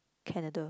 Canada